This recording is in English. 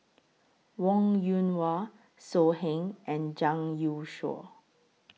Wong Yoon Wah So Heng and Zhang Youshuo